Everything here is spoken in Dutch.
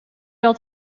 dat